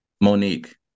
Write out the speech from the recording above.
Monique